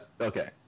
okay